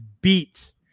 beat